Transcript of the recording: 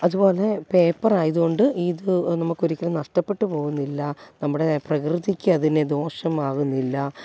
അതുപോലെ പേപ്പർ ആയതുകൊണ്ട് ഈ ഇത് ഒ നമുക്കൊരിക്കലും നഷ്ട്ടപ്പെട്ടുപോകുന്നില്ല നമ്മുടെ പ്രകൃതിക്ക് അതിനെ ദോഷമാകുന്നില്ല